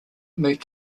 moved